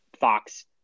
Fox